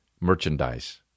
merchandise